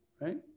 right